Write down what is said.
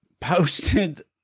posted